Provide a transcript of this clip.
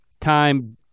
time